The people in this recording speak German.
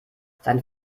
sein